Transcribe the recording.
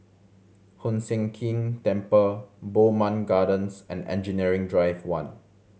Hoon Sian Keng Temple Bowmont Gardens and Engineering Drive One